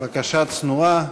בקשה צנועה.